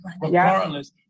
regardless